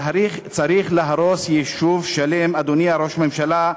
צריך להרוס יישוב שלם, אדוני ראש הממשלה,